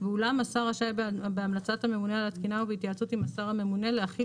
ואולם השר רשאי בהמלצת הממונה על התקינה ובהתייעצות עם השר הממונה להחיל